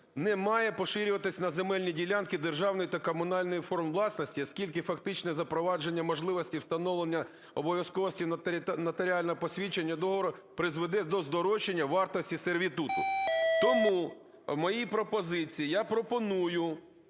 не має поширюватись на земельні ділянки державної та комунальної форм власності, оскільки фактичне запровадження можливості встановлення обов'язковості нотаріального посвідчення договору призведе до здорожчання вартості сервітуту. Тому у моїй пропозиції я пропоную: